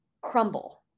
crumble